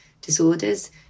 disorders